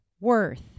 worth